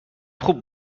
خوب